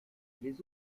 les